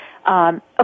Okay